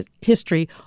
history